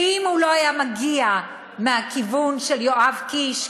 ואם הוא לא היה מגיע מהכיוון של יואב קיש,